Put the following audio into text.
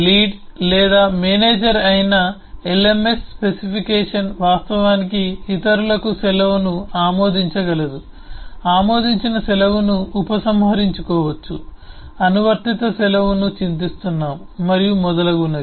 lead లేదా manager అయిన LMS specification వాస్తవానికి ఇతరులకు సెలవును ఆమోదించగలదు ఆమోదించిన సెలవును ఉపసంహరించుకోవచ్చు అనువర్తిత సెలవును చింతిస్తున్నాము మరియు మొదలైనవి